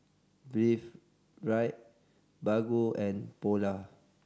Breathe Right Baggu and Polar